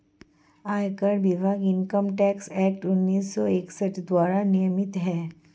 आयकर विभाग Income Tax Act उन्नीस सौ इकसठ द्वारा नियमित है